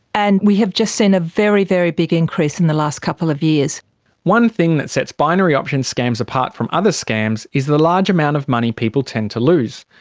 and we have just seen a very, very big increase in the last couple of years. one thing that sets binary option scams apart from other scams is the large amount of money people tend to lose.